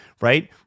right